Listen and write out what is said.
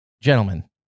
Gentlemen